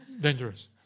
dangerous